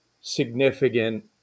significant